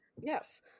yes